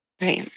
Right